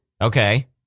Okay